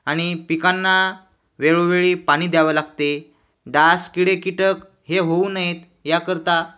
आणि पिकांना वेळोवेळी पाणी द्यावं लागते डास किडे कीटक हे होऊ नयेत याकरता